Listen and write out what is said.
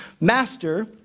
Master